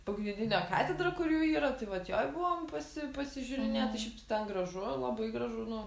pagrindinė katedra kur jų yra tai vat joj buvom pasi pasižiūrinėt i šiaip tai ten gražu labai gražu nu